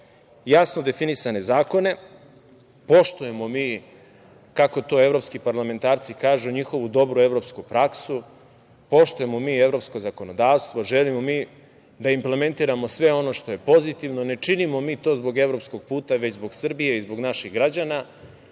jasno definisane zakone. Poštujemo mi, kako to evropski parlamentarci kažu, njihovu dobru evropsku praksu, poštujemo mi evropsko zakonodavstvo, želimo mi da implementiramo sve ono što je pozitivno, ne činimo mi to zbog evropskog puta, već zbog Srbije i zbog naših građana,